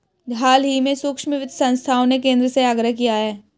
हाल ही में सूक्ष्म वित्त संस्थाओं ने केंद्र से आग्रह किया है